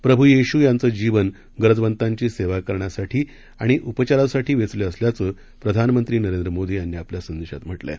प्रभू येशू यांचे जीवन गरजवंतांची सेवा करण्यासाठी आणि उपचारासाठी वेचले असल्याचं प्रधानमंत्री नरेंद्र मोदी यांनी आपल्या संदेशात म्हटलं आहे